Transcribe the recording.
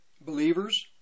believers